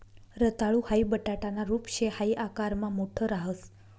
रताळू हाई बटाटाना रूप शे हाई आकारमा मोठ राहस